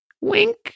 Wink